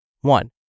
One